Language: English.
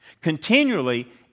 Continually